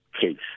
case